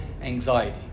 anxiety